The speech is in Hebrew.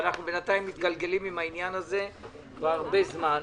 ואנחנו בינתיים מתגלגלים עם העניין הזה כבר הרבה זמן.